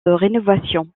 rénovation